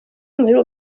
imuhira